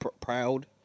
proud